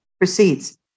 proceeds